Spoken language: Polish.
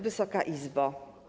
Wysoka Izbo!